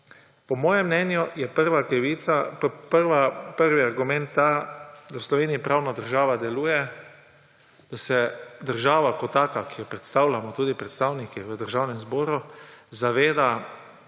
Po mojem mnenju je prvi argument ta, da v Sloveniji pravna država deluje, da se država kot taka, ki jo predstavljamo tudi predstavniki v Državnem zboru, zaveda